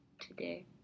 today